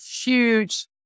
huge